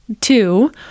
Two